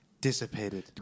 dissipated